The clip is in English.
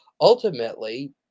Ultimately